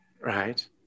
Right